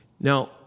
Now